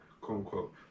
quote-unquote